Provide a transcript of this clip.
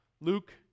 Luke